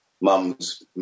mum's –